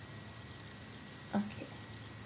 okay